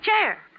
chair